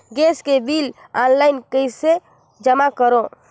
Gas के bill online कइसे जमा करव?